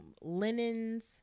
linens